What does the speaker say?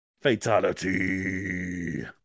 Fatality